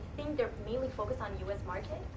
think they're really focused on u s. market,